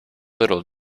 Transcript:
little